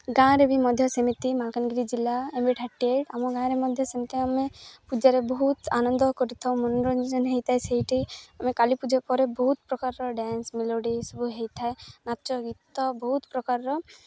ଗାଁରେ ବି ମଧ୍ୟ ସେମିତି ମାକାନାଗିରି ଜିଲ୍ଲା ଏମ୍ ବି ଥାର୍ଟି ଏଇଟ୍ ଆମ ଗାଁରେ ମଧ୍ୟ ସେମିତି ଆମେ ପୂଜାରେ ବହୁତ ଆନନ୍ଦ କରିଥାଉ ମନୋରଞ୍ଜନ ହୋଇଥାଏ ସେଇଠି ଆମେ କାଲି ପୂଜା ପରେ ବହୁତ ପ୍ରକାରର ଡ୍ୟାନ୍ସ ମେଲୋଡ଼ି ସବୁ ହୋଇଥାଏ ନାଚ ଗୀତ ବହୁତ ପ୍ରକାରର